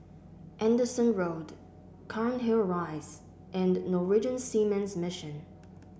Anderson Road Cairnhill Rise and Norwegian Seamen's Mission